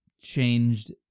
changed